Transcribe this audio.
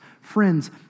Friends